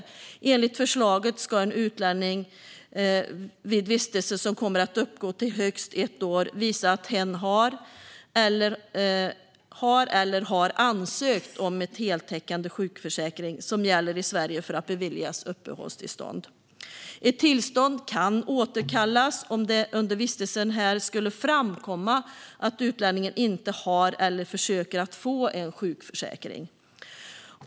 Enligt förslaget ska en utlänning, för att beviljas uppehållstillstånd vid vistelse som kommer att uppgå till högst ett år, visa att hen har eller har ansökt om en heltäckande sjukförsäkring som gäller i Sverige. Ett tillstånd kan återkallas om det under vistelsen här skulle framkomma att utlänningen inte har eller försöker få en sjukförsäkring.